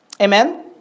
Amen